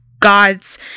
god's